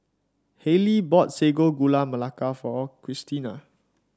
Hailie bought Sago Gula Melaka for Kristina